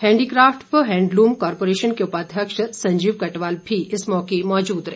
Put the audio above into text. handicraft व handloom corporation के उपाध्यक्ष संजीव कटवाल भी इस मौके मौजूद रहे